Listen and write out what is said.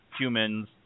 humans